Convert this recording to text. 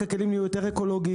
רק הכלים נהיו יותר אקולוגיים,